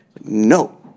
No